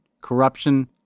corruption